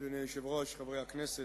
היושב-ראש, חברי הכנסת,